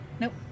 Nope